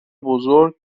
بزرگ